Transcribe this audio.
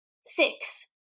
six